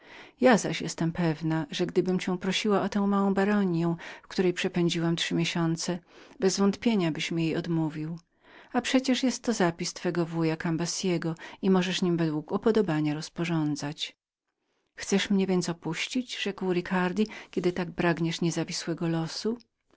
ja zaś jestem pewną że gdybym prosiła cię o tę małą baroniją w której przepędziłam trzy miesiące bezwątpienia byś mi jej odmówił jednakowoż jest to zapis twego wuja cambiasego i możesz nim według upodobania rozrządzać chcesz mnie więc opuścić rzekł ricardi kiedy tak pragniesz niezawisłego losu